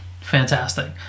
fantastic